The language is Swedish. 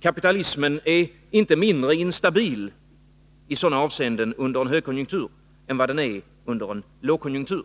Kapitalismen är inte mindre instabil i sådana avseenden under en högkonjunktur än vad den är under en lågkonjunktur.